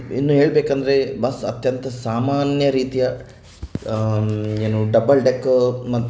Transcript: ಇನ್ನು ಹೇಳಬೇಕೆಂದರೆ ಬಸ್ ಅತ್ಯಂತ ಸಾಮಾನ್ಯ ರೀತಿಯ ಏನು ಡಬಲ್ ಡೆಕ್ಕರ್